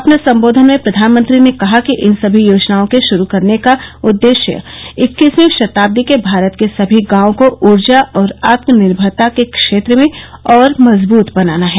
अपने संबोधन में प्रधानमंत्री ने कहा कि इन सभी योजनाओं के शुरू करने का उद्देश्य इक्कीसवीं शताब्दी के भारत के सभी गांव को ऊर्जा और आत्मनिर्भरता के क्षेत्र में और मजबृत बनाना है